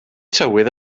tywydd